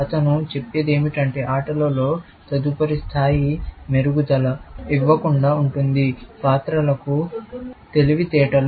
అతను చెప్పేది ఏమిటంటే ఆటలలో తదుపరి స్థాయి మెరుగుదల కోట్ ఇవ్వకుండా ఉంటుంది పాత్రలకు తెలివితేటలు